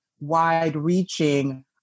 Wide-reaching